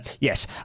yes